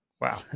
wow